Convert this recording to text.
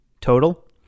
total